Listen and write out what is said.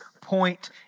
point